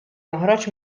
joħroġ